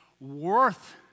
worth